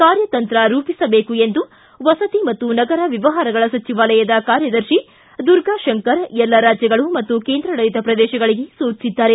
ಕಾರ್ಯತಂತ್ರ ರೂಪಿಸಬೇಕು ಎಂದು ವಸತಿ ಮತ್ತು ನಗರ ವ್ಯವಹಾರಗಳ ಸಚಿವಾಲಯದ ಕಾರ್ಯದರ್ಶಿ ದುರ್ಗಾ ಶಂಕರ ಎಲ್ಲ ರಾಜ್ಯಗಳು ಮತ್ತು ಕೇಂದ್ರಾಡಳಿತ ಪ್ರದೇಶಗಳಿಗೆ ಸೂಚಿಸಿದ್ದಾರೆ